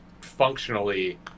functionally